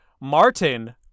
Martin